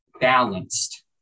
balanced